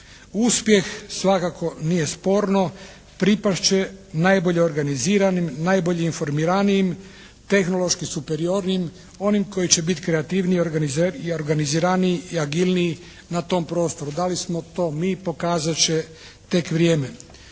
Uspjeh, svakako nije sporno pripast će najbolje organiziranim, najbolje informiranijim, tehnološki superiornijim, onim koji će biti kreativniji i organiziraniji i agilniji na tom prostoru. Da li smo to mi pokazat će tek vrijeme?